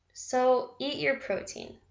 so eat your protein.